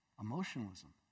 Emotionalism